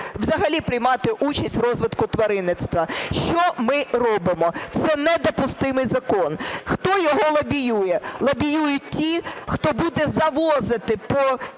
взагалі приймати участь в розвитку тваринництва. Що ми робимо? Це недопустимий закон. Хто його лобіює? Лобіюють ті, хто буде завозити по